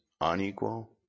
unequal